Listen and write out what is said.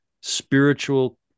spiritual